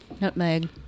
nutmeg